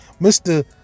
Mr